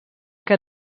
que